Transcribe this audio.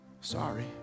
Sorry